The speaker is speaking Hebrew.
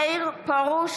נגד יסמין פרידמן,